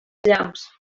llamps